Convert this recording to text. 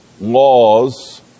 laws